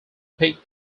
pick